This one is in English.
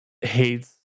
hates